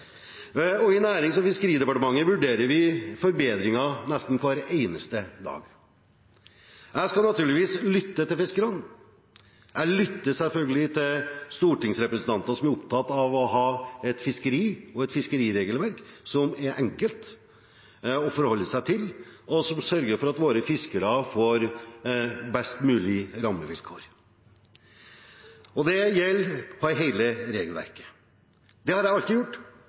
I Nærings- og fiskeridepartementet vurderer vi forbedringer nesten hver eneste dag. Jeg skal naturligvis lytte til fiskerne. Jeg lytter selvfølgelig til stortingsrepresentanter som er opptatt av å ha et fiskeri og et fiskeriregelverk som er enkelt å forholde seg til, og som sørger for at våre fiskere får best mulig rammevilkår – og det gjelder hele regelverket – det har jeg alltid gjort,